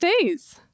days